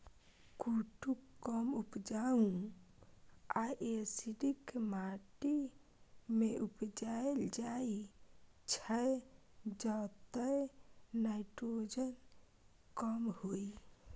कुट्टू कम उपजाऊ आ एसिडिक माटि मे उपजाएल जाइ छै जतय नाइट्रोजन कम होइ